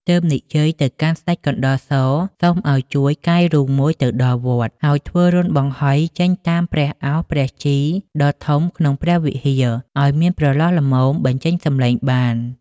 ទើបនិយាយទៅកាន់ស្តេចកណ្តុរ ស សុំឲ្យជួយកាយរូងមួយទៅដល់វត្ត ហើយធ្វើរន្ធបង្ហុយចេញតាមព្រះឱស្ឋព្រះជីដ៏ធំក្នុងព្រះវិហារឲ្យមានប្រឡោះល្មមបញ្ចេញសំឡេងបាន ។